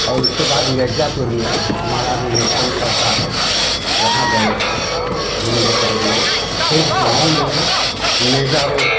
और उसके बाद मिर्ज़ापुर में हमारा रिलेशन पड़ता है वहाँ गए हैं घूमने टहलने फिर गाँव में मेजा रोड